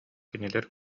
кинилэр